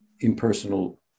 impersonal